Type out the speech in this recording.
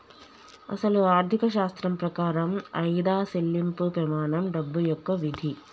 అసలు ఆర్థిక శాస్త్రం ప్రకారం ఆయిదా సెళ్ళింపు పెమానం డబ్బు యొక్క విధి